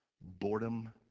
boredom